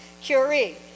Curie